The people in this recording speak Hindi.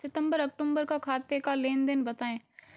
सितंबर अक्तूबर का खाते का लेनदेन बताएं